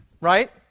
right